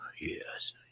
Yes